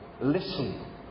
listen